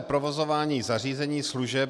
Provozování zařízení služeb.